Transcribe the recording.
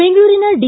ಬೆಂಗಳೂರಿನ ಡಿ